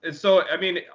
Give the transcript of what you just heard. and so i mean,